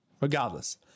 Regardless